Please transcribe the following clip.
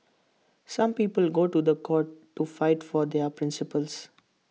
some people go to The Court to fight for their principles